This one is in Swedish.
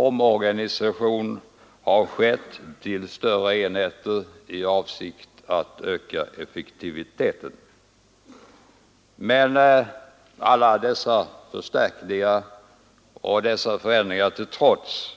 Omorganisation till större enheter har skett i avsikt att öka effektiviteten. Men alla dessa förstärkningar och förändringar till trots